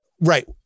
Right